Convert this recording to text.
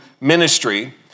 ministry